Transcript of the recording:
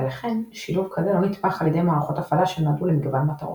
ולכן שילוב כזה לא נתמך על ידי מערכות הפעלה שנועדו למגוון מטרות.